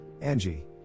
Angie